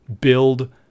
build